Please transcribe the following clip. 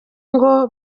ngo